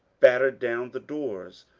battered down the doors,